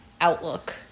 Outlook